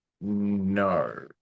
No